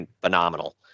phenomenal